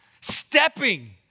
stepping